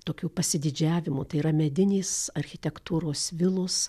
tokių pasididžiavimų tai yra medinės architektūros vilos